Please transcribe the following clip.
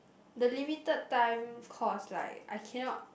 the limited time cause like I cannot